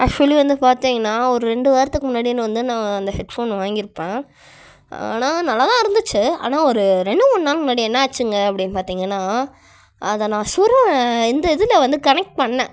actually வந்து பார்த்தீங்கன்னா ஒரு ரெண்டு வாரத்துக்கு முன்னாடி நான் வந்து நான் அந்த ஹெட்ஃபோன் வாங்கியிருப்பேன் ஆனால் நல்லா தான் இருந்துச்சி ஆனால் ஒரு ரெண்டு மூணு நாள் முன்னாடி என்னாச்சிங்க அப்படின்னு பார்த்தீங்கன்னா அதை நான் சொருக இந்த இதில வந்து கனெக்ட் பண்னேன்